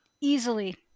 easily